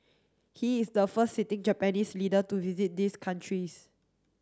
he is the first sitting Japanese leader to visit these countries